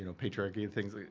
and patriarchy, and things, like